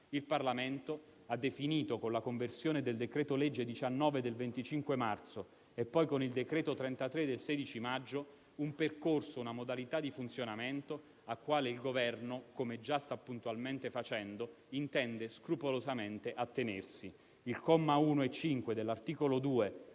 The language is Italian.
Il Parlamento ha definito, con la conversione del decreto-legge n. 19 del 25 marzo, e poi con il decreto n. 33 del 16 maggio, un percorso, una modalità di funzionamento alla quale il Governo - come sta già puntualmente facendo - intende scrupolosamente attenersi. I commi 1 e 5 dell'articolo 2